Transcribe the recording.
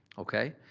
okay?